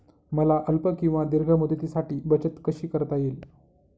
मला अल्प किंवा दीर्घ मुदतीसाठी बचत कशी करता येईल?